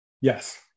Yes